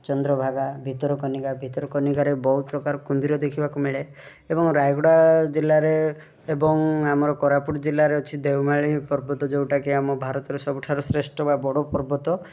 ଚନ୍ଦ୍ରଭାଗା ଭିତରକନିକା ଭିତରକନିକାରେ ବହୁତ ପ୍ରକାର କୁମ୍ଭୀର ଦେଖିବାକୁ ମିଳେ ଏବଂ ରାୟଗଡ଼ା ଜିଲ୍ଲାରେ ଏବଂ ଆମର କୋରାପୁଟ ଜିଲ୍ଲାରେ ଅଛି ଦେଓମାଳୀ ପର୍ବତ ଯେଉଁଟାକି ଆମ ଭାରତରେ ସବୁଠୁ ଶ୍ରେଷ୍ଠ ବା ବଡ଼ ପର୍ବତ